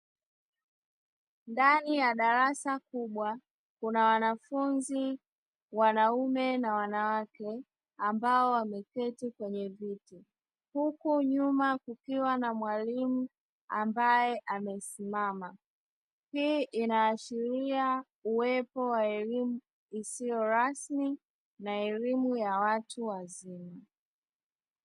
Ndani ya darasa kubwa kuna wanafunzi wanaume na wanawake ambao wameketi kwenye viti, huku nyuma kukiwa na mwalimu ambae amesimama, hii inaashiria uwepo wa elimu isiyo rasmi na elimu ya watu wazima.